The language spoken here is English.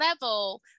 level